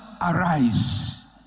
arise